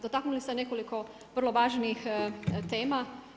Dotaknuli ste nekoliko vrlo važnih tema.